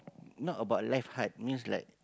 not about life hard means like